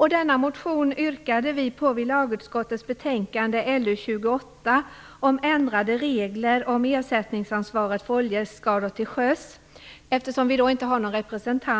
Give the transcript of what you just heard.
Eftersom vi inte har någon representant i lagutskottet yrkade vi på denna motion i lagutskottets betänkande LU28 om ändrade regler för ersättningsansvaret för oljeskador till sjöss.